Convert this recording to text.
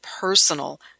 personal